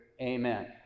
Amen